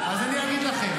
--- אל תגיד סתם דברים.